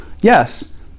yes